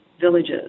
villages